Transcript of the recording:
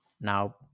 now